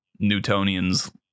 Newtonians